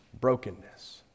brokenness